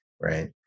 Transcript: right